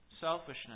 selfishness